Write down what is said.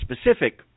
specific –